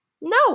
No